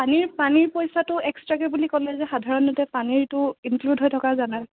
পানীৰ পানীৰ পইচাটো এক্সট্ৰাকে বুলি ক'লে যে সাধাৰণতে পানীৰতো ইনক্লুদ হৈ থকা যায় ন